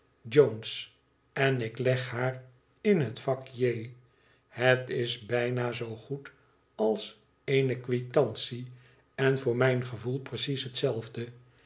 jonbs en ik leg haar in het vak j het is bijna zoo goed als ccne quitantie en voor mijn gevoel precies hetzelfde